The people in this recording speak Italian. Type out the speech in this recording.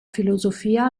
filosofia